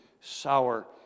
sour